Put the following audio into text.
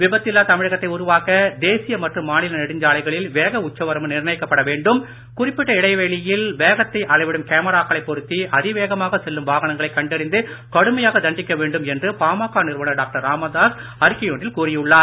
விபத்தில்லா தமிழகத்தை உருவாக்க தேசிய மற்றும் மாநில நெடுஞ்சாலைகளில் வேக உச்சவரம்பு நிர்ணயிக்கப்பட வேண்டும் குறிப்பிட்ட இடைவெளியில் வேகத்தை அளவிடும் கேமராக்களை பொருத்தி அதிவேகமாக செல்லும் வாகனங்களை கண்டறிந்து கடுமையாக தண்டிக்க வேண்டும் என்று அறிக்கை ஒன்றில் பாமக நிறுவனர் டாக்டர் ராமதாஸ் கூறியுள்ளார்